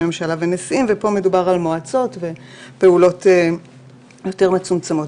ממשלה ונשיאים ופה מדובר על מועצות ופעולות מצומצמות יותר.